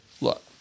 look